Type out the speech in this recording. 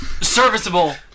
serviceable